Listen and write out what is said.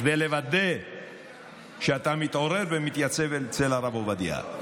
כדי לוודא שאתה מתעורר ומתייצב אצל הרב עובדיה.